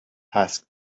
asked